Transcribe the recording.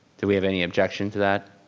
do we have any objection to that?